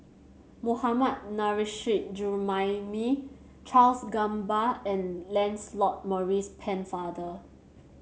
Mohammad Nurrasyid Juraimi Charles Gamba and Lancelot Maurice Pennefather